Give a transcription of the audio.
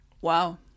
Wow